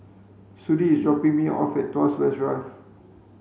Sudie is dropping me off at Tuas West Drive